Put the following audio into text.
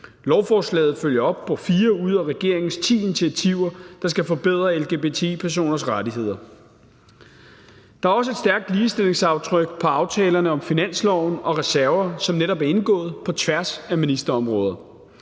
Lovforslaget følger op på fire ud af regeringens ti initiativer, der skal forbedre lgbti-personers rettigheder. Der er også et stærkt ligestillingsaftryk på aftalerne om finansloven og reserver, som netop er indgået på tværs af ministerområder.